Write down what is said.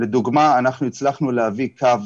לדוגמה אנחנו הצלחנו להביא קו,